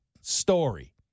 story